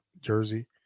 jersey